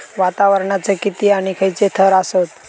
वातावरणाचे किती आणि खैयचे थर आसत?